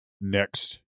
next